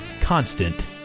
constant